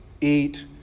eat